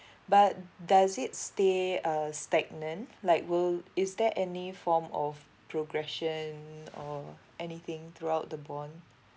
but does it stay uh stagnant like will is there any form of progression or anything throughout the bond